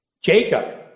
Jacob